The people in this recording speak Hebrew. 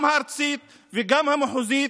גם הארצית וגם המחוזית,